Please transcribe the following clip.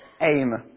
aim